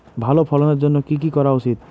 ভালো ফলনের জন্য কি কি করা উচিৎ?